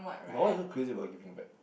but why are you so crazy about giving back